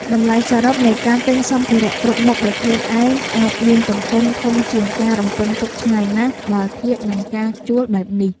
តម្លៃសរុបនៃការទិញសម្ភារៈគ្រប់មុខដោយខ្លួនឯងអាចមានទំហំធំជាងការរំពឹងទុកឆ្ងាយណាស់បើធៀបនឹងការជួលបែបនេះ។